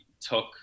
took